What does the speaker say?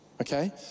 Okay